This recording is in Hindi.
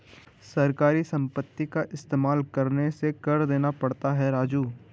सरकारी संपत्ति का इस्तेमाल करने से कर देना पड़ता है राजू